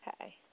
Okay